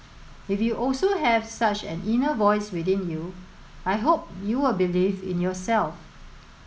if you also have such an inner voice within you I hope you will believe in yourself